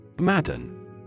Madden